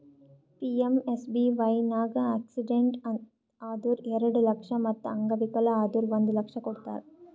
PMSBY ನಾಗ್ accident ಆದುರ್ ಎರಡು ಲಕ್ಷ ಮತ್ ಅಂಗವಿಕಲ ಆದುರ್ ಒಂದ್ ಲಕ್ಷ ಕೊಡ್ತಾರ್